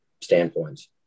standpoints